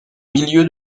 milieu